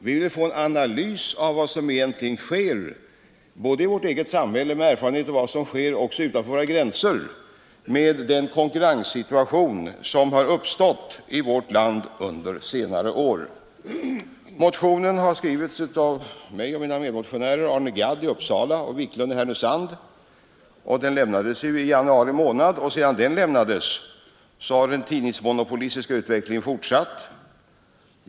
Vi vill få fram en analys av vad som egentligen sker i vårt eget samhälle, men också av vad som sker utanför våra gränser, med den konkurrenssituation som har uppstått i vårt land under senare år. Motionen har skrivits av mig och mina medmotionärer, herrar Arne Gadd i Uppsala och Wiklund i Härnösand. Den lämnades i januari månad. Sedan dess har den tidningsmonopolistiska utvecklingen fortsatt.